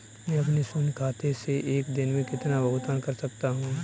मैं अपने शून्य खाते से एक दिन में कितना भुगतान कर सकता हूँ?